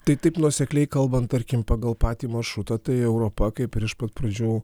tai taip nuosekliai kalbant tarkim pagal patį maršrutą tai europa kaip ir iš pat pradžių